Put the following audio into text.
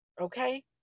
okay